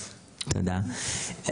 תודה.